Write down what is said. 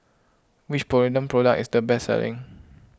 which Polident Product is the best selling